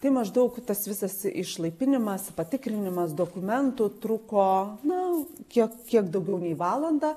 tai maždaug tas visas išlaipinimas patikrinimas dokumentų truko na kiek kiek daugiau nei valandą